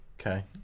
Okay